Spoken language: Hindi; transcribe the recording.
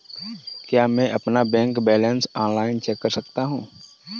क्या मैं अपना बैंक बैलेंस ऑनलाइन चेक कर सकता हूँ?